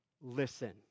listen